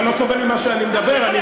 אתה לא סובל ממה שאני אומר,